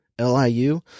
liu